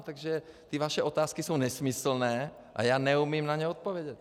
Takže ty vaše otázky jsou nesmyslné a já neumím na ně odpovědět.